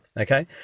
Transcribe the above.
Okay